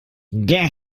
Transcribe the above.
der